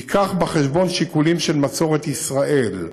ייקח בחשבון שיקולים של מסורת ישראל.